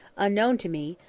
unknown to me,